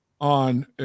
on